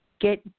Get